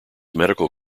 medical